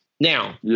Now